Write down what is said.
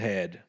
Head